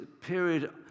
period